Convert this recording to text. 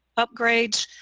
upgrades,